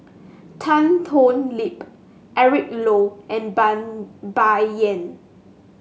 Tan Thoon Lip Eric Low and Ban Bai Yan